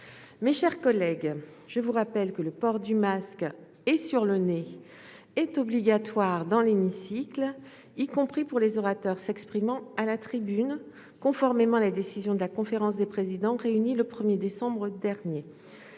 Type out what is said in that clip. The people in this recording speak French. Mes chers collègues, je vous rappelle que le port du masque, qui doit couvrir le nez, est obligatoire dans l'hémicycle, y compris pour les orateurs s'exprimant à la tribune, conformément à la décision de la conférence des présidents réunie le 1 décembre dernier.